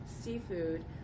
seafood